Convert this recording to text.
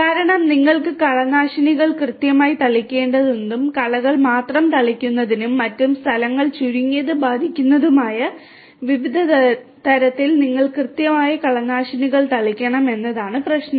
കാരണം നിങ്ങൾക്ക് കളനാശിനികൾ കൃത്യമായി തളിക്കേണ്ടതും കളകൾ മാത്രം തളിക്കുന്നതും മറ്റ് സ്ഥലങ്ങൾ ചുരുങ്ങിയത് ബാധിക്കുന്നതുമായ വിധത്തിൽ നിങ്ങൾ കൃത്യമായി കളനാശിനികൾ തളിക്കണം എന്നതാണ് പ്രശ്നം